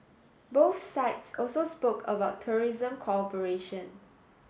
both sides also spoke about tourism cooperation